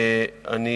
אני